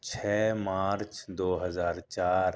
چھ مارچ دو ہزار چار